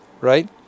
right